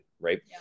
right